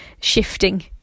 shifting